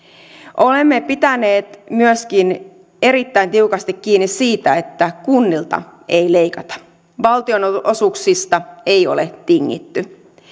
olemme pitäneet myöskin erittäin tiukasti kiinni siitä että kunnilta ei leikata valtionosuuksista ei ole tingitty